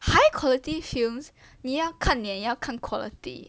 high quality films 你要看脸也要看 quality